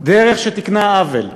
דרך שתיקנה עוול,